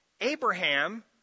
Abraham